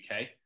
UK